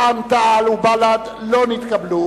רע"ם-תע"ל ובל"ד לא נתקבלה.